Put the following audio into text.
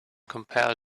compare